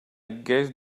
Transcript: guess